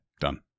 done